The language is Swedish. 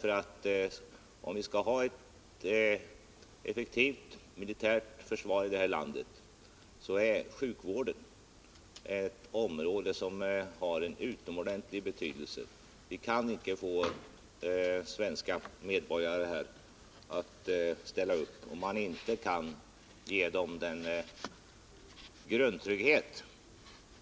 För att få ett effektivt militärt försvar i det här landet måste vi ta med i bilden att sjukvården utgör ett område som har en utomordentligt stor betydelse. Vi kan nämligen inte räkna med att svenska medborgare skall ställa upp i de här sammanhangen om vi inte kan erbjuda dem den grundtrygghet